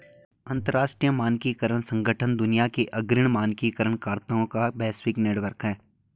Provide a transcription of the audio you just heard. अंतर्राष्ट्रीय मानकीकरण संगठन दुनिया के अग्रणी मानकीकरण कर्ताओं का वैश्विक नेटवर्क है